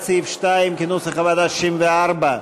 בעד סעיף 2 כנוסח הוועדה, 64,